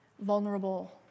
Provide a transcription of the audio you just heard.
Vulnerable